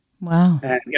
Wow